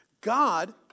God